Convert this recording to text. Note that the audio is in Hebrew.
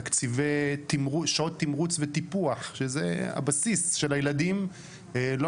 תקציבי שעות תמרוץ וטיפוח שזה הבסיס של הילדים לא